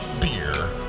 beer